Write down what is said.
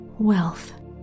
wealth